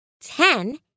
Ten